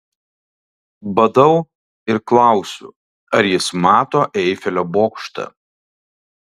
badau ir klausiu ar jis mato eifelio bokštą